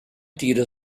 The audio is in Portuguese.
tira